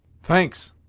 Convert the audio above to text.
thanks